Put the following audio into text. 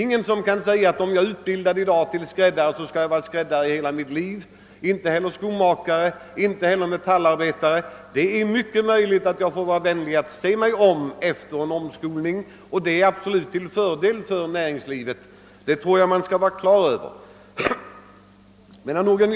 Ingen kan i dag förfäkta, att om jag är utbildad skräddare, skomakare eller metallarbetare, så skall jag förbli det under hela mitt yrkesverksamma liv. Det är tvärtom troligt att jag måste se mig om efter en möjlighet att omskola mig — och det är i så fall till fördel för näringslivet! Den saken skall man vara på det klara med.